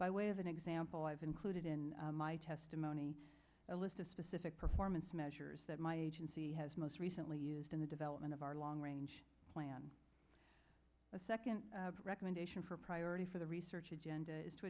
by way of an example i've included in my testimony specific performance measures that my agency has most recently used in the development of our long range plan a second recommendation for priority for the research agenda is to